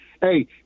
hey